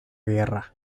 guerra